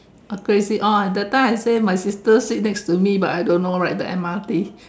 a crazy oh that time I say my sister sit next to me but I don't know right the M_R_T